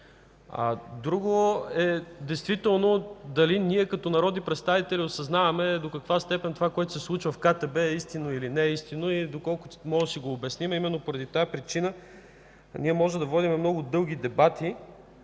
Друго е дали ние като народни представители осъзнаваме до каква степен това, което се случва в КТБ, е истинно, или не е истинно и доколко можем да си го обясним. Именно поради тази причина можем да водим много дълги дебати